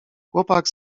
chłopak